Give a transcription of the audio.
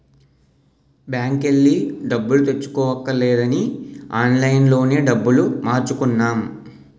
బాంకెల్లి డబ్బులు తెచ్చుకోవక్కర్లేదని ఆన్లైన్ లోనే డబ్బులు మార్చుకున్నాం